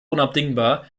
unabdingbar